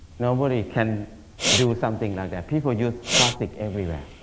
nobody can do something like that. people use plastic everywhere.